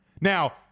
Now